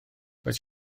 oes